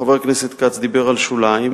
חבר הכנסת כץ דיבר על שוליים,